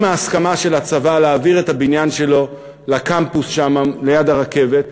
עם ההסכמה של הצבא להעביר את הבניין שלו לקמפוס שם ליד הרכבת,